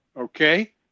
okay